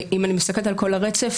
ואם אני מסתכלת על כל הרצף,